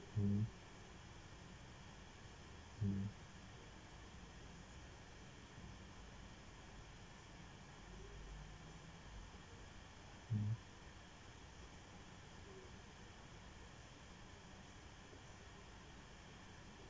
mm